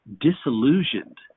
disillusioned